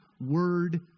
Word